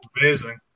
Amazing